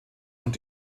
und